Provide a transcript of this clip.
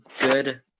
good